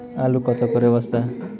আলু কত করে বস্তা?